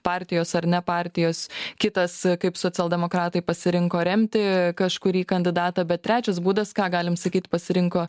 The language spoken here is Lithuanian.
partijos ar ne partijos kitas kaip socialdemokratai pasirinko remti kažkurį kandidatą bet trečias būdas ką galim sakyt pasirinko